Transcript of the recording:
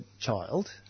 child